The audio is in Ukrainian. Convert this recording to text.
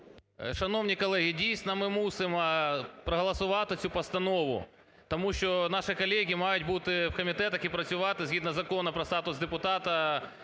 Шановні колеги, дійсно, ми мусимо проголосувати цю постанову. Тому що наші колеги мають бути в комітетах і працювати згідно законів про статус депутата